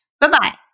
Bye-bye